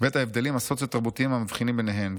ואת ההבדלים הסוציו-תרבותיים המבחינים ביניהם,